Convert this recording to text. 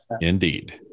Indeed